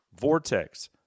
Vortex